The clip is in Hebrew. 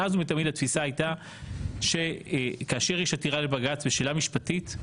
מאז ומתמיד התפיסה הייתה שכאשר יש עתירה לבג"צ בשאלה משפטית,